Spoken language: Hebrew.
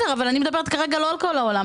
אבל אני מדברת כרגע לא על כל העולם.